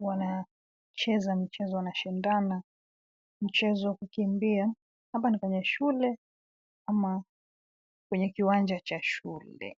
Wanacheza mchezo wanashindana mchezo wa kukimbia. Hapa ni kwenye shule, ama kwenye kiwanja cha shule.